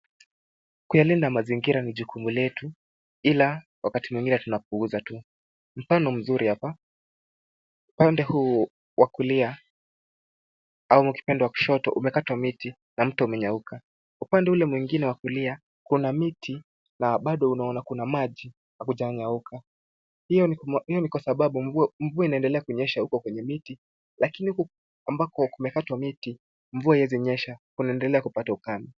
Kuyalinda mazingira ni jukumu letu. Ila, wakati mwingine tunapuuza tu. Mfano mzuri hapa, pande huu wa kulia ama ukipenda wa kushoto umekatwa miti na mto umenyauka. Upande ule mwingine wa kulia kuna miti na bado unaona kuna maji hakujanyauka. Hio ni kwa sababu mvua inaendelea kunyesha huko kwenye miti lakini huku ambako kumekatwa miti mvua haiezi nyesha kunaendelea kupata ukame.